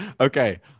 Okay